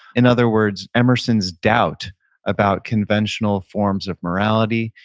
in other words, emerson's doubt about conventional forms of morality,